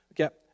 Okay